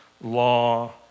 law